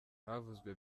havuzwe